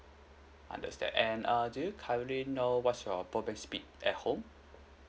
understand and err do you currently know what's your broadband speed at home